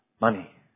money